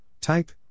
Type